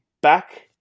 back